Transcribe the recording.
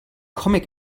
comic